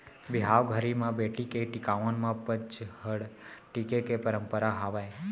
बिहाव घरी म बेटी के टिकावन म पंचहड़ टीके के परंपरा हावय